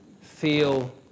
feel